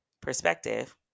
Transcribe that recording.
perspective